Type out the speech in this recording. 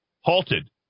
halted